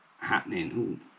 happening